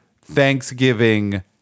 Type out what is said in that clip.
Thanksgiving